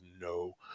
no